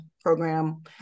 program